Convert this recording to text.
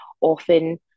often